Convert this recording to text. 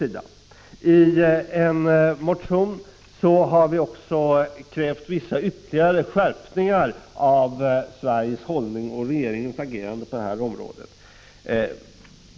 I en motion har vi också krävt vissa ytterligare skärpningar av Sveriges hållning och regeringens agerande på det här området.